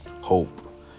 Hope